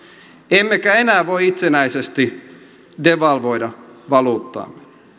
emmekä enää voi itsenäisesti devalvoida valuuttaa